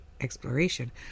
exploration